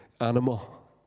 animal